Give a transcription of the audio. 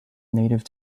native